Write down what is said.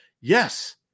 yes